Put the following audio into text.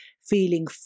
feeling